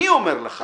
אני אומר לך